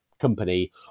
company